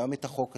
גם את החוק עצמו,